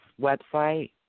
website